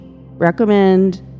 recommend